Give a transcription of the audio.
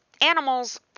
animals